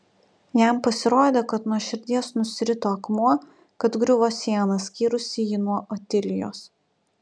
jam pasirodė kad nuo širdies nusirito akmuo kad griuvo siena skyrusi jį nuo otilijos